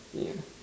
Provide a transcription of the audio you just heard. yeah